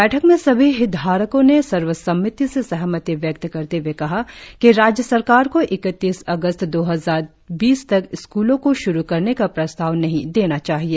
बैठक में सभी हितधारको ने सर्वसम्मति से सहमति व्यक्त करते हए कहा कि राज्य सरकार को इकतीस अगस्त दो हजार बीस तक स्कूलों को श्रु करने का प्रस्ताव नहीं देना चाहिए